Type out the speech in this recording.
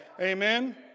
Amen